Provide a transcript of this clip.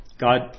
God